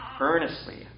earnestly